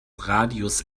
radius